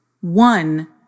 One